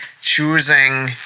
choosing